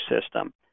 system